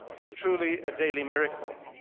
is truly a daily miracle.